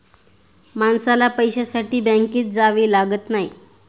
माणसाला पैशासाठी बँकेत जावे लागत नाही